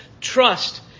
trust